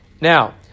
Now